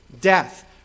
death